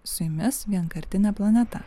su jumis vienkartinė planeta